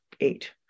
eight